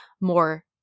more